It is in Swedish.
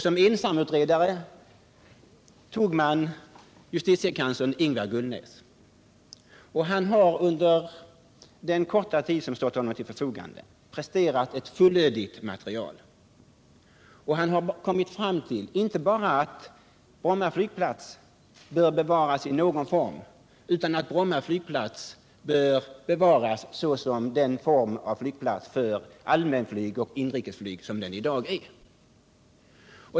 Som ensamutredare valde man justitiekanslern Ingvar Gullnäs, och han har under den korta tid som stått till hans förfogande presterat ett fullödigt material. Ingvar Gullnäs har kommit fram till inte bara att Bromma flygplats på något sätt bör bevaras, utan att den bör bevaras som den flygplats för allmänflyg och inrikesflyg som den i dag är.